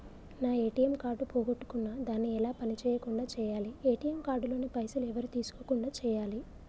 నా ATM card పోగొట్టుకున్నా దాన్ని ఎలా పని చేయకుండా చేయాలి ఏ.టి.ఎమ్ కార్డు లోని పైసలు ఎవరు తీసుకోకుండా చేయాలి?